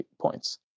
points